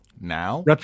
now